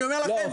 לא.